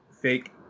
fake